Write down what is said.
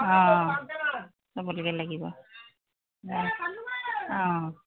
অঁ চব লৈকে লাগিব অঁ